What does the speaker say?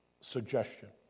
suggestion